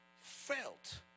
felt